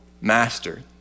master